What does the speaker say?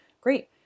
Great